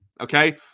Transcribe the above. Okay